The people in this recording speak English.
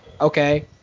okay